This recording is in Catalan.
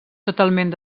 totalment